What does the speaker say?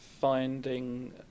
finding